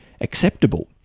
acceptable